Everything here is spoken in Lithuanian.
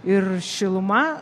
ir šiluma